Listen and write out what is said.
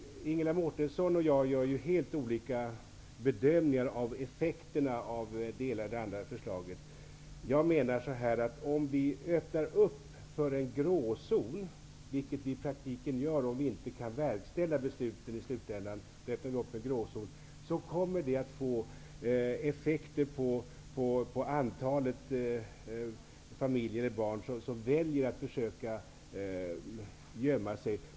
Ingela Mårtensson och jag gör helt olika bedömningar av förslagens effekter. Om vi öppnar för en gråzon -- vilket vi i praktiken gör, om vi i slutänden inte kan verkställa beslut -- får det, menar jag, effekter när det gäller det antal familjer eller barn som väljer att försöka gömma sig.